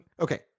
okay